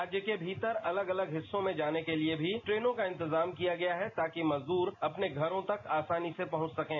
राज्य के भीतर अलग अलग हिस्सों में जाने के लिए भी ट्रेनों का इंतजाम किया गया है ताकि मजदूर अपने घरों तक आसानी से पहुंच सकें